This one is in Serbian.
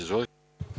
Izvolite.